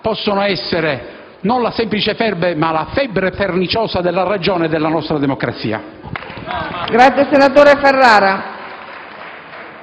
possa essere non la semplice febbre, ma la febbre perniciosa della ragione della nostra democrazia.